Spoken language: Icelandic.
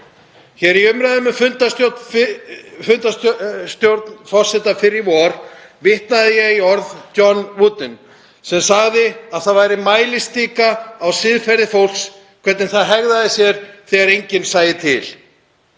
sín. Í umræðum um fundarstjórn forseta fyrr í vor vitnaði ég í orð Johns Wooden sem sagði að það væri mælistika á siðferði fólks hvernig það hegðaði sér þegar enginn sæi til.